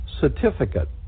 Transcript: certificate